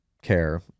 care